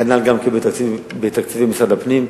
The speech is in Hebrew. כנ"ל בתקציבי משרד הפנים,